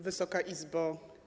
Wysoka Izbo!